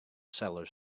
cellar